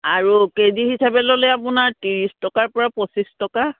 আৰু কেজি হিচাপে ল'লে আপোনাৰ ত্ৰিছ টকাৰপৰা পঁচিছ টকা